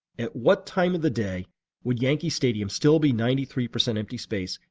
at what time of the day would yankee stadium still be ninety three percent empty space,